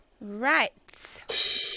Right